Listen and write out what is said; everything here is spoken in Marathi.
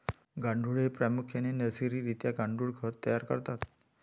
गांडुळे प्रामुख्याने नैसर्गिक रित्या गांडुळ खत तयार करतात